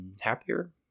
happier